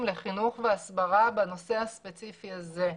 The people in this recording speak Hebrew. לחינוך והסברה בנושא הספציפי הזה.